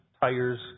tires